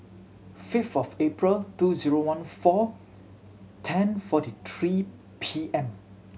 fifth of April two zero one four ten forty three P M